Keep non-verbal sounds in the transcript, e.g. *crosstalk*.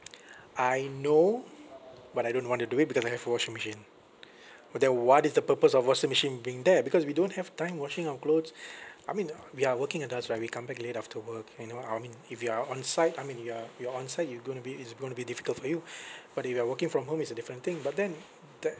I know but I don't want to do it because I have washing machine uh there what is the purpose of washing machine being there because we don't have time washing our clothes I mean we are working at us right we come back late after work you know I mean if you are on site I mean you are you're on site you're going to be it's going to be difficult for you *breath* but if you are working from home is a different thing but then that